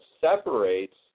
separates